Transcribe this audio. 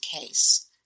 case